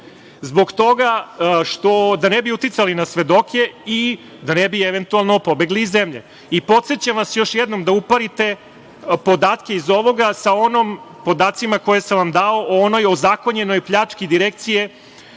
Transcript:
šestorici da ne bi uticali na svedoke i da ne bi eventualno pobegli iz zemlje i podsećam vas još jednom da uparite podatke iz ovoga sa onim podacima koje sam vam dao o onoj ozakonjenoj pljački Direkcije